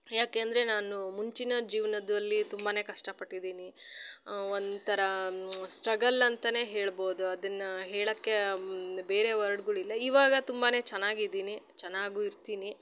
ಯಾಕೆ ಅಂದರೆ ನಾನು ಮುಂಚಿನ ಜೀವನದಲ್ಲಿ ತುಂಬಾ ಕಷ್ಟಪಟ್ಟಿದ್ದೀನಿ ಒಂಥರ ಸ್ಟ್ರಗಲ್ ಅಂತಾನೆ ಹೇಳ್ಬೋದು ಅದನ್ನು ಹೇಳೋಕ್ಕೆ ಬೇರೆ ವರ್ಡ್ಗಳಿಲ್ಲ ಇವಾಗ ತುಂಬಾ ಚೆನ್ನಾಗಿದಿನಿ ಚೆನ್ನಾಗು ಇರ್ತೀನಿ